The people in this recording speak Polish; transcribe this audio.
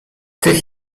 tych